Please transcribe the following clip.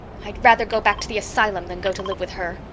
i'd rather go back to the asylum than go to live with her,